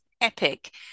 epic